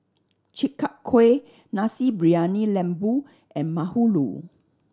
Chi Kak Kuih Nasi Briyani Lembu and bahulu